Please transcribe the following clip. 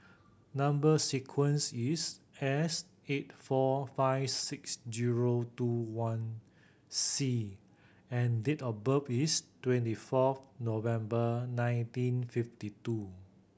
number sequence is S eight four five six zero two one C and date of birth is twenty fourth November nineteen fifty two